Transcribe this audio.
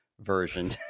version